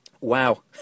Wow